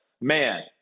man